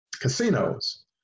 casinos